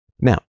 Now